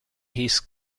his